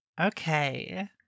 Okay